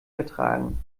vertragen